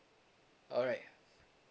alright